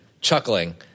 chuckling